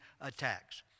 attacks